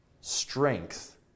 strength